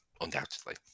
undoubtedly